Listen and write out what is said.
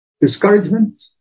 Discouragement